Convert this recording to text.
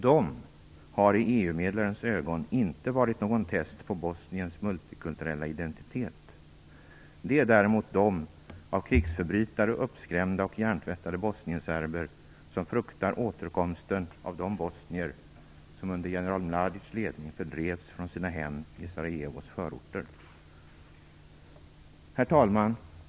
De har i EU-medlarens ögon inte varit någon test på Bosniens multikulturella identitet. Det är däremot de av krigsförbrytare uppskrämda och hjärntvättade bosnienserber som fruktar återkomsten av de bosnier som under general Mladics ledning fördrevs från sina hem i Sarajevos förorter. Herr talman!